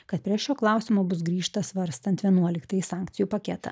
kad prie šio klausimo bus grįžta svarstant vienuoliktąjį sankcijų paketą